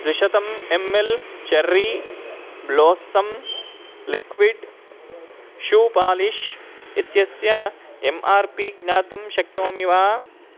द्विशतम् M L cherry blossom liquid shoe polish इत्यस्य M R P ज्ञातुं शक्नोमि वा